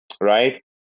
right